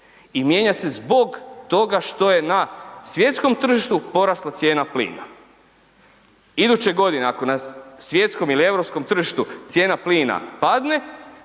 i mijenja se zbog toga što je na svjetskom tržištu porasla cijena plina. Iduće godine, ako na svjetskom ili europskom tržištu cijena plina padne